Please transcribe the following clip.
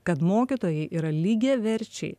kad mokytojai yra lygiaverčiai